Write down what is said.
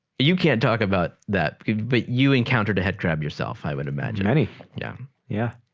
you can't talk about that but you encountered a headcrab yourself i would imagine any yeah yeah